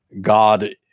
God